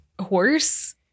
horse